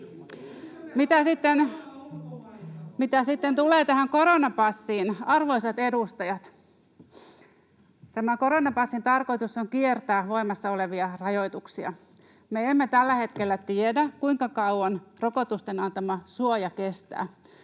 Mitä sitten tulee tähän koronapassiin, arvoisat edustajat, tämän koronapassin tarkoitus on kiertää voimassa olevia rajoituksia. Me emme tällä hetkellä tiedä, kuinka kauan rokotusten antama suoja kestää.